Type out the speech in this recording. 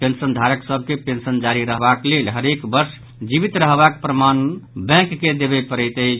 पेंशनधारक सभ के पेंशन जारी रखबाक लेल हरेक वर्ष जीवित रहबाक प्रमाण बैंक के देबय पड़ैत अछि